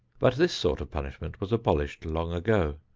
but this sort of punishment was abolished long ago.